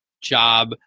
job